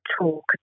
talk